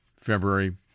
February